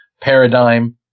paradigm